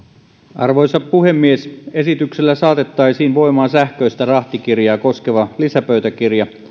arvoisa puhemies esityksellä saatettaisiin voimaan sähköistä rahtikirjaa koskeva lisäpöytäkirja